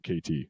KT